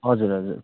हजुर हजुर